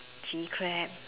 chilli crab